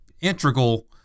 integral